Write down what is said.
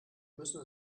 müssen